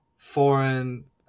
foreign